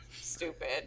Stupid